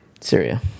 Syria